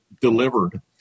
delivered